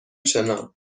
شنا